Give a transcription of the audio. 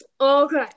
Okay